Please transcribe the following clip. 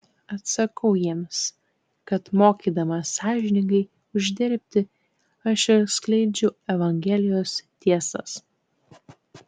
atsakau jiems kad mokydamas sąžiningai uždirbti aš ir skleidžiu evangelijos tiesas